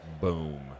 Boom